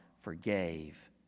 forgave